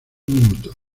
minutos